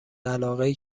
علاقهای